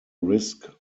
risk